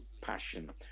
passion